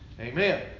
Amen